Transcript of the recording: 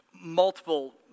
multiple